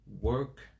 work